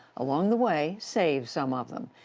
along the way, save some of them.